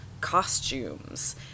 costumes